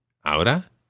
Ahora